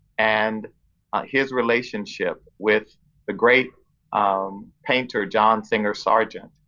and his relationship with the great um painter, john singer sargent.